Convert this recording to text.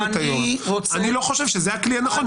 אני לא חושב שזה הכלי הנכון.